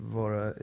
vara